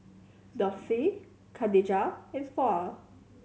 Dorthey Khadijah and Floy